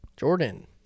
Jordan